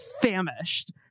famished